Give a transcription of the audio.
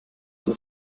das